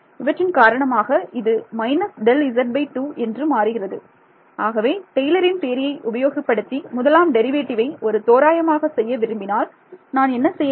இவற்றின் காரணமாக இது − Δz2 என்று மாறுகிறது ஆகவே டெய்லரின் தியரியை உபயோகப்படுத்தி முதலாம் டெரிவேட்டிவை ஒரு தோராயமாக செய்ய விரும்பினால் நான் என்ன செய்ய வேண்டும்